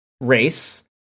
race